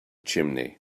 chimney